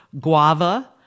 Guava